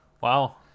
wow